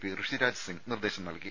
P Rishiraj Singh നിർദ്ദേശം നൽകി